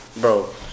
bro